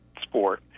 sport